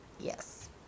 Yes